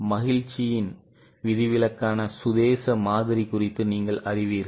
மகிழ்ச்சியின் விதிவிலக்கான சுதேச மாதிரி குறித்து நீங்கள் அறிவீர்கள்